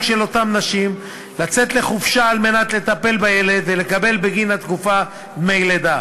של אותן נשים לצאת לחופשה על מנת לטפל בילד ולקבל בגין התקופה דמי לידה.